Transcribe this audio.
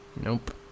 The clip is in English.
Nope